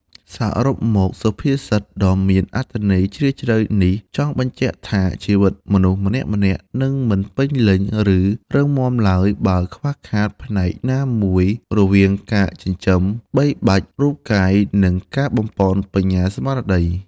សរុបមក សុភាសិតដ៏មានអត្ថន័យជ្រាលជ្រៅនេះចង់បញ្ជាក់ថា ជីវិតមនុស្សម្នាក់ៗនឹងមិនពេញលេញ ឬរឹងមាំឡើយ បើខ្វះខាតផ្នែកណាមួយ រវាងការចិញ្ចឹមបីបាច់រូបកាយ និងការបំប៉នបញ្ញាស្មារតី។